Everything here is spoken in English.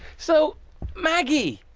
so maggie,